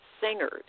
singers